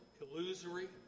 illusory